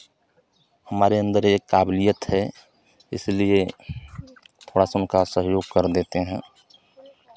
हमारे अंदर एक काबीलियत है इसलिए थोड़ा सा उनका सहयोग कर देते हैं